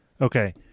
Okay